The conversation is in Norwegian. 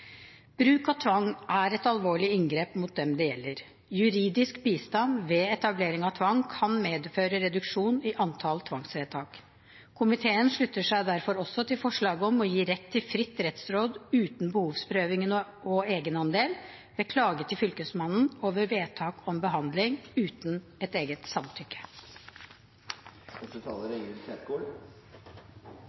Bruk av tvang er et alvorlig inngrep mot dem det gjelder. Juridisk bistand ved etablering av tvang kan medføre reduksjon i antall tvangsvedtak. Komiteen slutter seg derfor også til forslaget om å gi rett til fritt rettsråd uten behovsprøving og egenandel ved klage til Fylkesmannen over vedtak om behandling uten eget